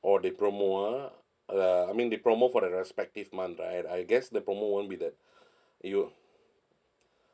oh the promo ah uh I mean the promo for the respective month right I guess the promo won't be that you'll